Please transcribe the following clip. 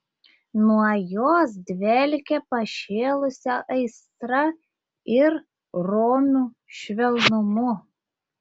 nuo jos dvelkė pašėlusia aistra ir romiu švelnumu